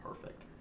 perfect